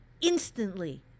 instantly